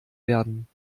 werden